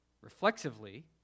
Reflexively